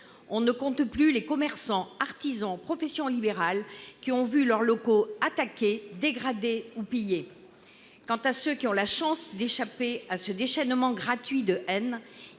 On ne compte plus les commerçants, artisans, membres des professions libérales qui ont vu leurs locaux attaqués, dégradés ou pillés. Quant à ceux qui ont eu la chance d'échapper à ce déchaînement gratuit de haine,